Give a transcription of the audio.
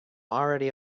already